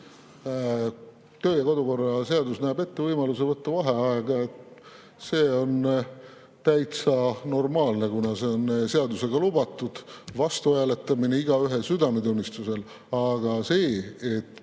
Töö‑ ja kodukorra seadus näeb ette võimaluse võtta vaheaegu. See on täitsa normaalne, kuna see on seadusega lubatud, vastu hääletamine jääb igaühe südametunnistusele. Aga see,